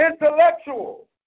intellectual